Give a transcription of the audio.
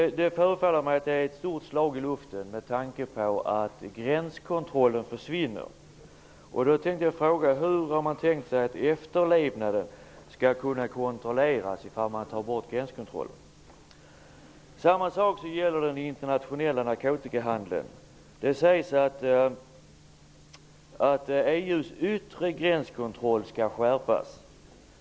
Det förefaller mig vara ett stort slag i luften med tanke på att gränskontrollen försvinner. Så min fråga: Hur har man tänkt sig att efterlevnaden av bestämmelserna skall kunna kontrolleras ifall gränskontrollen tas bort? På samma sätt förhåller det sig med den internationella narkotikahandeln. Det sägs att EU:s yttre gränskontroll skall skärpas.